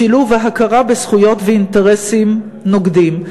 בשילוב ההכרה בזכויות ואינטרסים נוגדים.